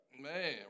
Man